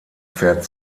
fährt